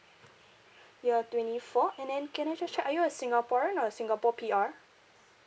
you are twenty four and then can I just check are you a singaporean or a singapore P_R